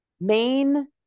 main